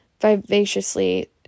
vivaciously